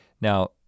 Now